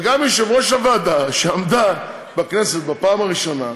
וגם יושבת-ראש הוועדה, שהייתה בכנסת בפעם הראשונה,